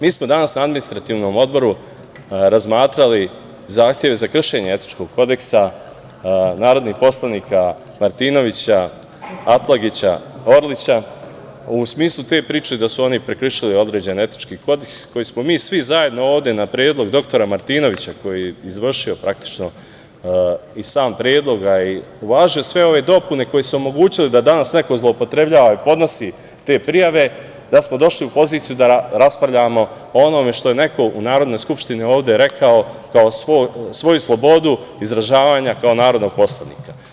Mi smo danas na Administrativnom odboru razmatrali zahteve za kršenje etičkog kodeksa narodnih poslanika Martinovića, Atlagića, Orlića u smislu te priče da su oni prekršile određeni etički kodeks koji smo mi svi zajedno ovde na predlog dr Martinovića, koji je izvršio praktično i sam predlog i uvažio sve ove dopune koje su omogućile da danas neko zloupotrebljava i podnosi te prijave, da smo došli u poziciju da raspravljamo o onome što je neko u Narodnoj skupštini ovde rekao kao svoju slobodu izražavanja kao narodni poslanik.